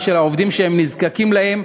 את שכרם של העובדים שהם נזקקים להם,